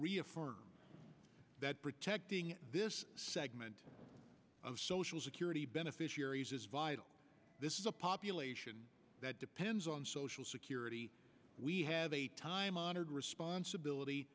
reaffirm that protecting this segment of social security beneficiaries is vital this is a population that depends on social security we have a time honored responsibility